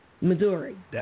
Missouri